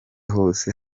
hose